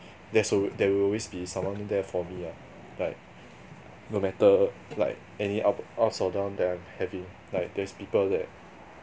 there's there will always be someone there for me ah like no matter like any up ups or downs that I'm having like there's people that